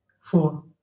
four